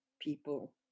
people